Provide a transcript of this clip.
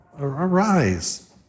Arise